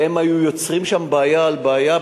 והם היו יוצרים שם בעיה על בעיה,